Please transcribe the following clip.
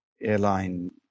airline